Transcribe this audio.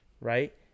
Right